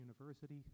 University